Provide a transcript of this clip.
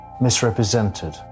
misrepresented